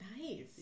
Nice